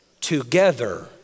Together